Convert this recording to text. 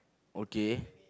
okay